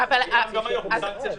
אז גם היום זו סנקציה שקיימת.